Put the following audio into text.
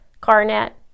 carnet